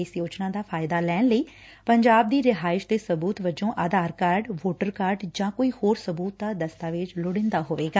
ਇਸ ਯੋਜਨਾ ਦਾ ਫਾਇਦਾ ਲੈਣ ਲਈ ਪੰਜਾਬ ਦੀ ਰਿਹਾਇਸ਼ ਦੇ ਸਬੁਤ ਵਜੋਂ ਆਧਾਰ ਕਾਰਡ ਵੋਟਰ ਕਾਰਡ ਜਾਂ ਕੋਈ ਹੋਰ ਸਬੁਤ ਦਾ ਦਸਤਾਵੇਜ਼ ਲੋਤੀਦਾ ਹੋਵੇਗਾ